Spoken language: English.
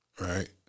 Right